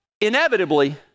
inevitably